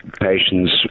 patients